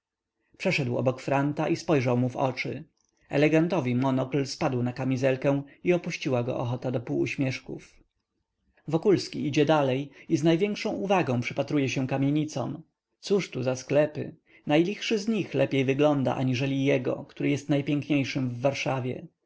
przeszedł około franta i spojrzał mu w oczy elegantowi monokl spadł na kamizelkę i opuściła go ochota do półuśmieszków wokulski idzie dalej i z największą uwagą przypatruje się kamienicom cóż tu za sklepy najlichszy z nich lepiej wygląda aniżeli jego który jest najpiękniejszym w warszawie